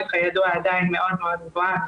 שכידוע עדיין מאוד מאוד גבוהה.